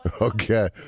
Okay